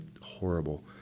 horrible